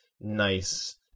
nice